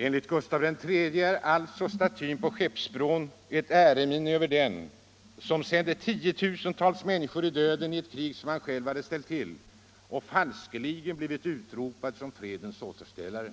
Enligt Gustav III är alltså statyn på Skeppsbron ett äreminne över den som sände tiotusentals människor i döden i ett krig som han själv hade ställt till med och falskeligen hade blivit utropad som ”fredens återställare”.